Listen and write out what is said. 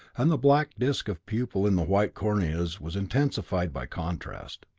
and the black disc of pupil in the white corneas was intensified by contrast.